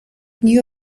knew